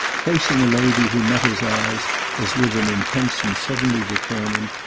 facing a lady who met his eyes as with an intention suddenly determined,